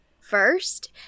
first